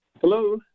Hello